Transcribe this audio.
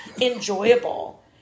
enjoyable